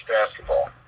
basketball